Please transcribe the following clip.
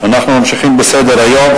אנחנו ממשיכים בסדר-היום.